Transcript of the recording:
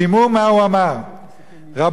שמעו מה הוא אמר: "רבותי,